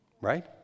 Right